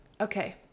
okay